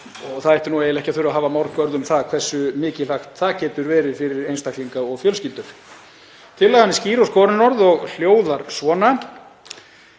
Það ætti ekki að þurfa að hafa mörg orð um það hversu mikilvægt það getur verið fyrir einstaklinga og fjölskyldur. Tillagan er skýr og skorinorð og hljóðar svona,